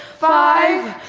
five,